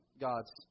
God's